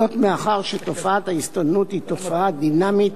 זאת מאחר שתופעת ההסתננות היא תופעה דינמית